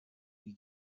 you